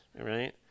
right